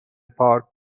پارک